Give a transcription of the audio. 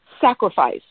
sacrifice